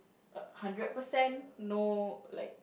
err hundred percent no like